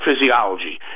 physiology